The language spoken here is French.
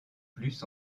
plus